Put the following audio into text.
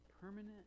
permanent